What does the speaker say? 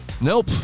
Nope